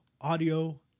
audio